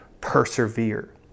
persevere